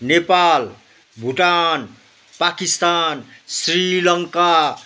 Nepal Bhutan Pakistan Sri Lanka